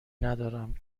ندارم